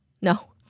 No